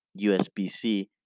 USBC